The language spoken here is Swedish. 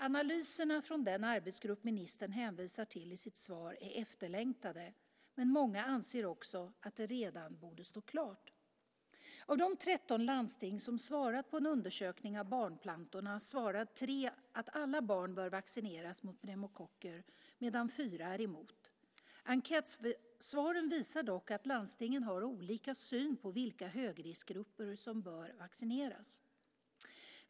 Analyserna från den arbetsgrupp ministern hänvisar till i sitt svar är efterlängtade; men många anser också att det redan borde stå klart. Av de 13 landsting som svarat på en undersökning av Barnplantorna svarar 3 att alla barn bör vaccineras mot pneumokocker, medan 4 är emot. Enkätsvaren visar dock att landstingen har olika syn på vilka högriskgrupper som bör vaccineras.